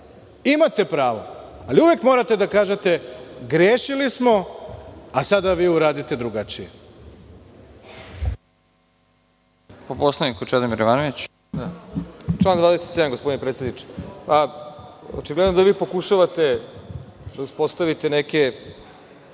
Imate pravo, ali uvek morate da kažete – grešili smo, a sada vi uradite drugačije.